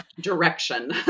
direction